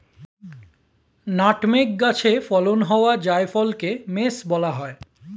nutmeg গাছে ফলন হওয়া জায়ফলকে মেস বলা হয়